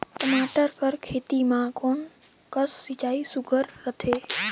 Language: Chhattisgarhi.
टमाटर कर खेती म कोन कस सिंचाई सुघ्घर रथे?